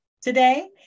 today